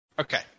okay